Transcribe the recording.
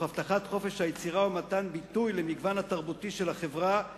תוך הבטחת חופש היצירה ומתן ביטוי למגוון התרבותי של החברה בישראל,